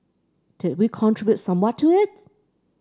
did we contribute somewhat to it